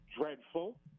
dreadful